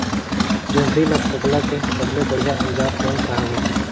जोंदरी ला फोकला के सबले बढ़िया औजार कोन सा हवे?